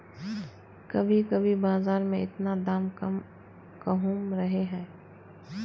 कभी कभी बाजार में इतना दाम कम कहुम रहे है?